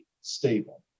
stable